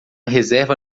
reserva